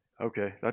Okay